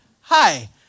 Hi